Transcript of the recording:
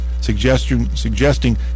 suggesting